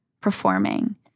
performing